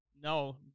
No